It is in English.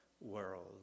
world